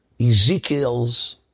Ezekiel's